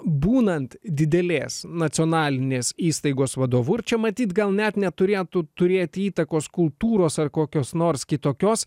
būnant didelės nacionalinės įstaigos vadovu ir čia matyt gal net neturėtų turėti įtakos kultūros ar kokios nors kitokios